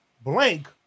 blank